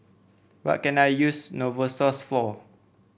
what can I use Novosource for